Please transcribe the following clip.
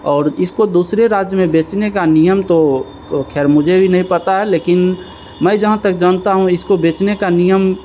और इसको दूसरे राज्य में बेचने का नियम तो खैर मुझे भी नहीं पता है लेकिन मैं जहाँ तक जानता हूँ इसको बेचने का नियम